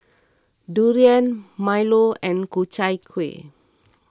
Durian Milo and Ku Chai Kueh